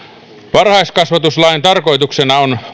varhaiskasvatuslain tarkoituksena on